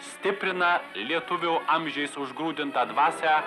stiprina lietuvių amžiais užgrūdintą dvasią